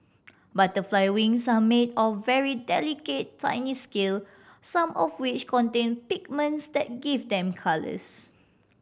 butterfly wings are made of very delicate tiny scale some of which contain pigments that give them colours